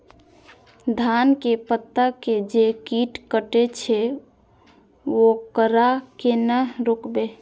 धान के पत्ता के जे कीट कटे छे वकरा केना रोकबे?